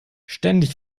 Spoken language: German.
ständig